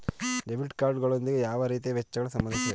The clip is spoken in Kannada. ಡೆಬಿಟ್ ಕಾರ್ಡ್ ಗಳೊಂದಿಗೆ ಯಾವ ರೀತಿಯ ವೆಚ್ಚಗಳು ಸಂಬಂಧಿಸಿವೆ?